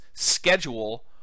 schedule